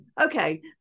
okay